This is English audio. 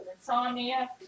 insomnia